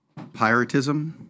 Piratism